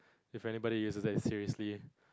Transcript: if anybody use that seriously